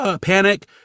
panic